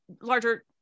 larger